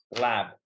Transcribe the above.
Lab